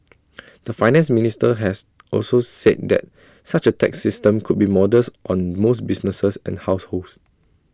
the Finance Minister has also said that such A tax system would be modest on most businesses and households